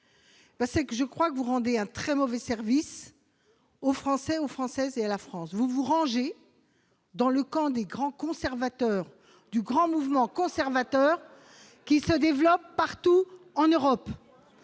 Je pense que vous rendez un très mauvais service aux Français, aux Françaises et la France. Vous vous rangez dans le camp des grands conservateurs du vaste mouvement conservateur qui se développe partout en Europe,